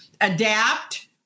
adapt